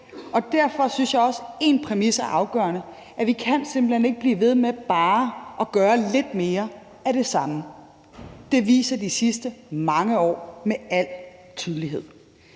og derfor synes jeg også, at én præmis er afgørende: Vi kan simpelt hen ikke blive ved med bare at gøre lidt mere af det samme. Det viser de sidste mange år med al tydelighed.